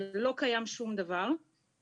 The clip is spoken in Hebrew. שום דבר מזה לא קיים.